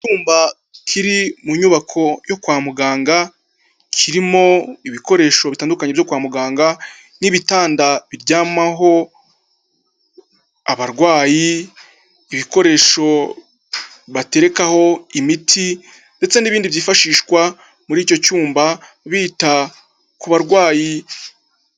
Icyumba kiri mu nyubako yo kwa muganga kirimo ibikoresho bitandukanye byo kwa muganga n'ibitanda biryamaho abarwayi ibikoresho baterekaho imiti ndetse n'ibindi byifashishwa muri icyo cyumba bita ku barwayi.